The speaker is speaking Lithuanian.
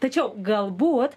tačiau galbūt